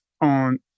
on